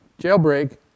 Jailbreak